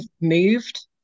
moved